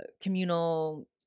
communal